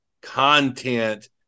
content